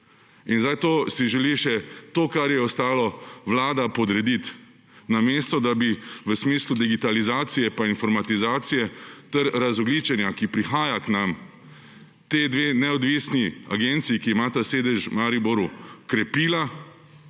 Zdaj si želi še to, kar je ostalo, vlada podrediti, namesto da bi v smislu digitalizacije in informatizacije ter razogljičenja, ki prihaja k nam, ti dve neodvisni agenciji, ki imata sedež v Mariboru, krepila